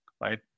right